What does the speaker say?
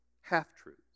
Half-truths